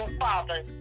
Father